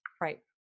Right